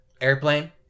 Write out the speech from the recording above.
Airplane